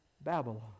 Babylon